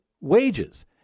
wages